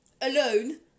alone